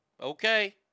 Okay